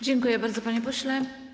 Dziękuję bardzo, panie pośle.